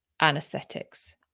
anesthetics